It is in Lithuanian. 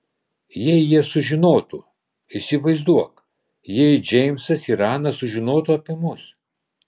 jei jie sužinotų įsivaizduok jei džeimsas ir ana sužinotų apie mus